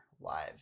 Live